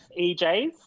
EJs